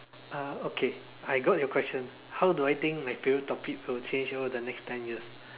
uh okay I got your question how do I think my favourite topic will change over the next ten years